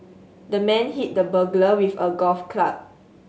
the man hit the burglar with a golf club